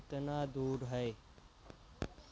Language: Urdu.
کتنا دور ہے